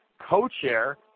co-chair